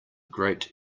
great